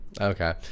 Okay